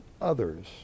others